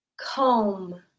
Comb